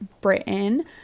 Britain